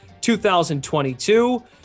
2022